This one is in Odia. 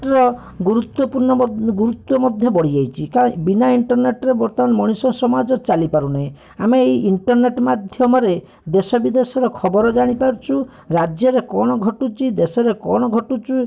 ର ଗୁରୁତ୍ଵପୂର୍ଣ୍ଣ ଗୁରୁତ୍ଵ ମଧ୍ୟ ବଢ଼ିଯାଇଛି କାଇଁକିନା ଇର୍ଣ୍ଟରନେଟ୍ ରେ ବର୍ତ୍ତମାନ ମଣିଷ ସମାଜ ଚାଲିପାରୁନି ଆମେ ଏଇ ଇର୍ଣ୍ଟରନେଟ୍ ମାଧ୍ୟମରେ ଦେଶ ବିଦେଶର ଖବର ଜାଣିପାରୁଛୁ ରାଜ୍ୟରେ କଣ ଘଟୁଛି ଦେଶରେ କଣ ଘଟୁଛି